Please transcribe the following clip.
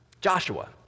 Joshua